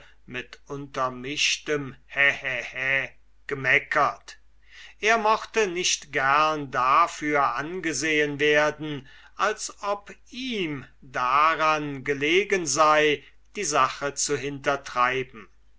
mit untermischtem hä hä hä gemeckert er hätte nicht gerne dafür angesehen werden mögen als ob ihm daran gelegen sei die sache zu hintertreiben